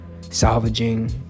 salvaging